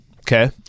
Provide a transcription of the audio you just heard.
Okay